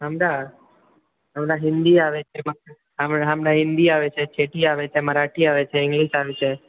हमरा हमरा हिन्दी आबय छै हम हमरा हिन्दी आबय छै ठेठही आबय छै मराठी आबय छै इंग्लिश आबय छै